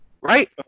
Right